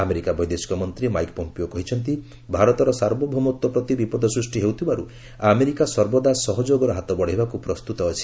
America ବୈଦେଶିକ ମନ୍ତ୍ରୀ Mike Pompeo କହିଛନ୍ତି ଭାରତର ସାର୍ବଭୌମତ୍ ପ୍ରତି ବିପଦ ସୃଷ୍ଟି ହେଉଥିବାର୍ ଆମେରିକା ସର୍ବଦା ସହଯୋଗର ହାତ ବଢ଼ାଇବାକୁ ପ୍ରସ୍ତୁତ ଅଛି